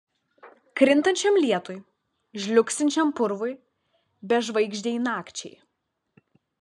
krintančiam lietui žliugsinčiam purvui bežvaigždei nakčiai